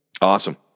Awesome